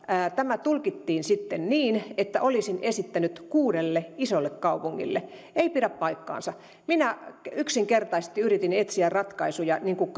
tämä tulkittiin sitten niin että olisin esittänyt tätä kuudelle isolle kaupungille ei pidä paikkaansa minä yksinkertaisesti yritin etsiä ratkaisuja niin kuin